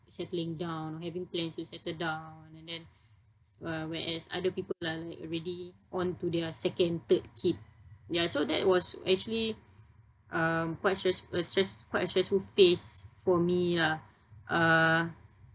settling down having plans to settle down and then uh when as other people uh like already on to their second third kid ya so that was actually um quite stress uh stress quite a stressful phase for me lah uh